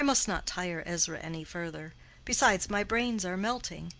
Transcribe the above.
i must not tire ezra any further besides my brains are melting.